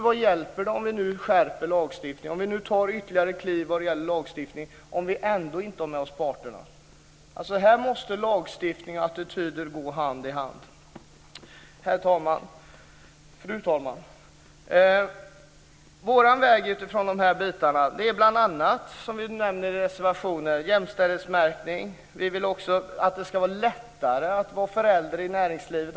Vad hjälper det om vi nu skärper lagstiftningen ytterligare utan att ha parterna med oss? Lagstiftning och attityder måste här gå hand i hand. Fru talman! Vår väg i de här sammanhangen är bl.a., som vi nämner i en reservation, jämställdhetsmärkning. Vi vill också att det ska bli lättare att vara förälder i arbetslivet.